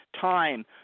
time